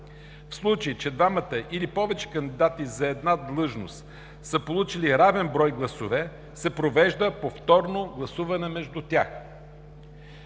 В случай че двамата или повече кандидати за една длъжност са получили равен брой гласове, се провежда повторно гласуване между тях.